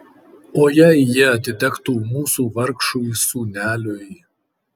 o jei jie atitektų mūsų vargšui sūneliui